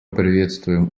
приветствуем